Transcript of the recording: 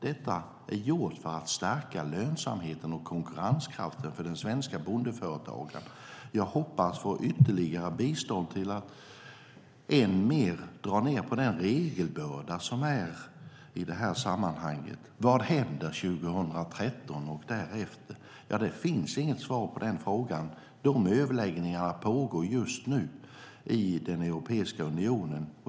Detta är gjort för att stärka lönsamheten och konkurrenskraften för den svenska bondeföretagaren. Jag hoppas att få ytterligare bistånd för att dra ned än mer på den regelbörda som finns i det här sammanhanget. Vad händer 2013 och därefter? Det finns inget svar på den frågan. De överläggningarna pågår just nu i Europeiska unionen.